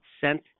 sent